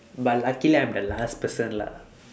but luckily I'm the last person lah